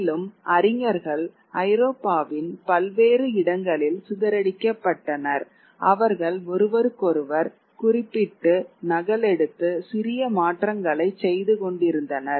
மேலும் அறிஞர்கள் ஐரோப்பாவின் பல்வேறு இடங்களில் சிதறடிக்கப்பட்டனர் அவர்கள் ஒருவருக்கொருவர் குறிப்பிட்டு நகலெடுத்து சிறிய மாற்றங்களைச் செய்து கொண்டிருந்தனர்